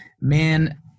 man